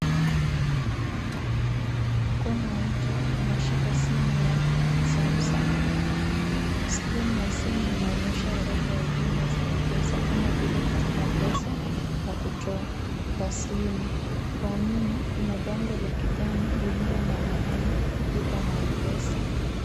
Mkono wa mtu unashika simu ya sumsung, skirini ya simu inaonesha orodha ya huduma za m-pesa kama vile kutuma pesa na kutoa taslimu. Kwa nyuma kuna bango la kijani lililo na maneno Lipa na M-pesa.